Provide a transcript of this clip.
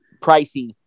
pricey